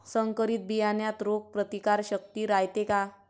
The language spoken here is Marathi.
संकरित बियान्यात रोग प्रतिकारशक्ती रायते का?